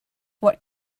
what